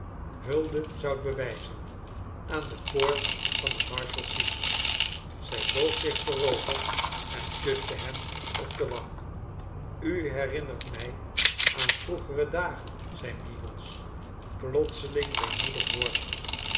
hulde zoudt bewijzen aan de poort van de marshalsea zij boog zich voorover en kuste hem op de wang u her inner t mij aan vroegere dagen zei meagles plotseling weemoedig wordende